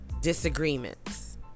disagreements